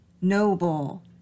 noble